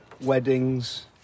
weddings